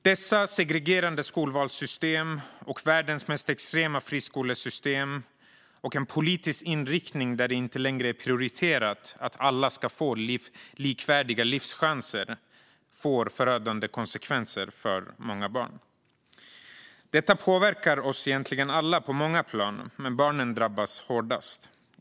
Dessa segregerande skolvalssystem, världens mest extrema friskolesystem och en politisk inriktning där det inte längre är prioriterat att alla ska få likvärdiga livschanser får förödande konsekvenser för många barn. Det påverkar egentligen oss alla på många plan, men barnen drabbas hårdast.